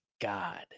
God